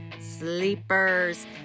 sleepers